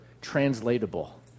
translatable